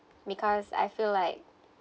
because I feel like